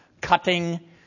cutting